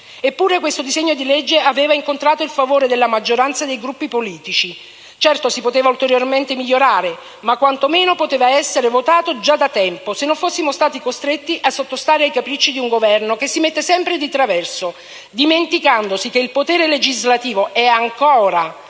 Eppure, questo disegno di legge aveva incontrato il favore della maggioranza dei Gruppi politici. Certo, si poteva ulteriormente migliorare, ma quantomeno poteva essere votato già da tempo, se non fossimo stati costretti a sottostare ai capricci di un Governo che si mette sempre di traverso, dimenticandosi che il potere legislativo è ancora